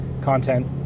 content